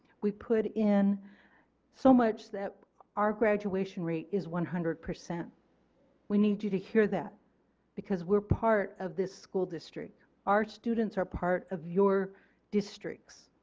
we put in so much that our graduation rate is one hundred. we we need you to hear that because we are part of this school district. our students are part of your district.